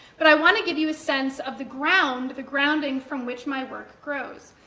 but i want to give you a sense of the ground, the grounding from which my work grows.